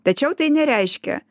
tačiau tai nereiškia